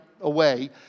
away